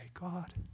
God